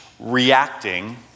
reacting